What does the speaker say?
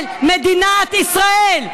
של מדינת ישראל.